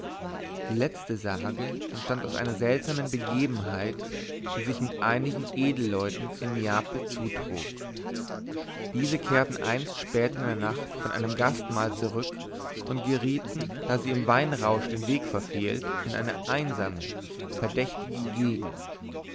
die letzte sage entstand aus einer seltsamen begebenheit die sich mit einigen edelleuten in neapel zutrug diese kehrten einst spät in der nacht von einem gastmahl zurück und gerieten da sie im weinrausch den weg verfehlt in eine einsame verdächtige gegend